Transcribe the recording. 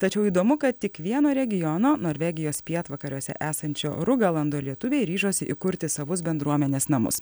tačiau įdomu kad tik vieno regiono norvegijos pietvakariuose esančio rugalando lietuviai ryžosi įkurti savus bendruomenės namus